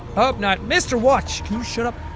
hope not. mr. watch can you shut up?